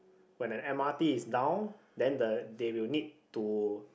when the m_r_t is down then the they will need to